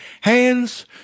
Hands